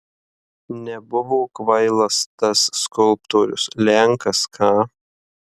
nebuvo kvailas tas skulptorius lenkas ką